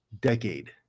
decade